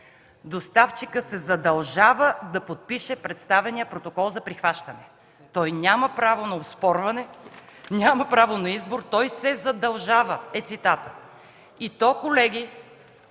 доставчикът се задължава да подпише представения протокол за прихващане. Той няма право на оспорване, няма право на избор, той се задължава – е цитатът. И то, колеги,